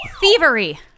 Thievery